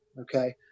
Okay